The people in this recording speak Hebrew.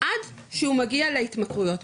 עד שהוא מגיע להתמכרויות.